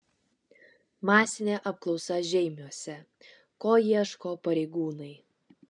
masinė apklausa žeimiuose ko ieško pareigūnai